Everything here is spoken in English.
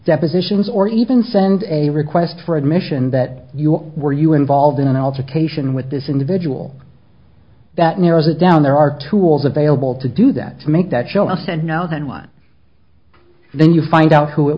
depositions or even send a request for admission that your were you involved in an altercation with this individual that narrows it down there are tools available to do that to make that show i said no then one then you find out who it